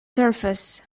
surface